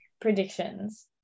predictions